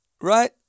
right